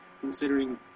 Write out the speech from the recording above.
considering